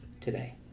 today